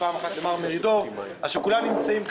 ופעם אחת למר מרידור אז כשכולם נמצאים כאן,